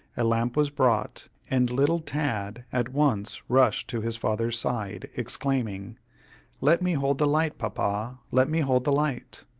a lamp was brought, and little tad at once rushed to his father's side, exclaiming let me hold the light, papa! let me hold the light!